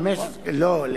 לא.